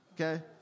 okay